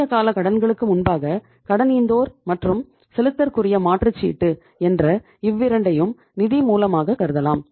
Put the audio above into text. குறுகிய கால கடன்களுக்கு முன்பாக கடனீந்தோர் மற்றும் செலுத்தற்குரிய மாற்றுச்சீட்டு என்ற இவ்விரண்டையும் நீதி மூலமாக கருதலாம்